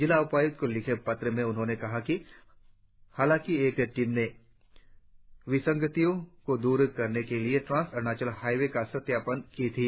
जिला उपायुक्त को लिखे पत्र में उन्होंने कहा कि हालांकि एक टीम ने विसंगतियों को दूर करने के लिए ट्रांस अरुणाचल हाईवे का सत्यापन की थी